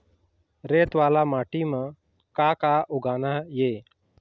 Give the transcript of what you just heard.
रेत वाला माटी म का का उगाना ये?